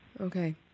Okay